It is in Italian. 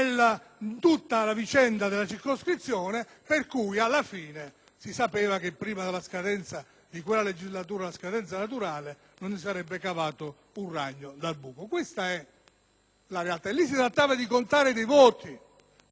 si sapeva che prima della scadenza naturale di quella legislatura non se ne sarebbe cavato un ragno dal buco. Questa è la realtà e lì si trattava di contare dei voti, non di stabilire se Tizio o Caio risiedesse o non risiedesse in quella